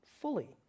fully